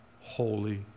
Holy